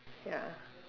ya